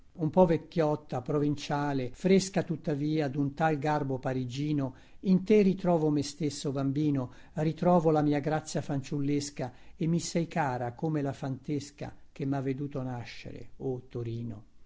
un po vecchiotta provinciale fresca tuttavia dun tal garbo parigino in te ritrovo me stesso bambino ritrovo la mia grazia fanciullesca e mi sei cara come la fantesca che mha veduto nascere o torino